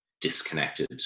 disconnected